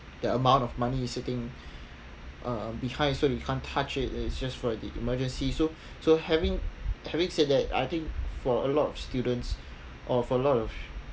the amount of money sitting uh behind so you can't touch it it's just for the emergency so so having having said that I think for a lot of students or for a lot of